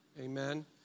Amen